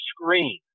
screen